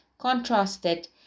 contrasted